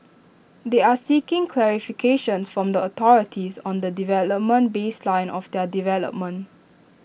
they are seeking clarification from the authorities on the development baseline of their development